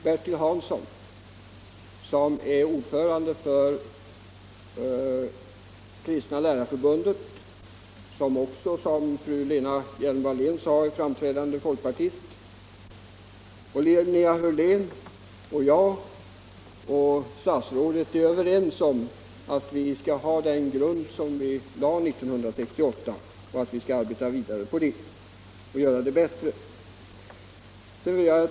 Bertil Hansson, ordförande i Kristna lärarförbundet, är också, såsom fru Lena Hjelm-Wallén sade, en framträdande folkpartist. Jag konstaterar att såväl han som Linnea Hörlén och jag och statsrådet är överens om att vi bör ha kvar den grund som vi lade år 1968 och att vi bör bygga vidare på den för att göra kristendomsundervisningen bättre.